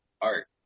art